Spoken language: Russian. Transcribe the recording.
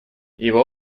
его